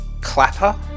Clapper